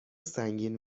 سنگین